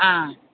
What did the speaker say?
ஆ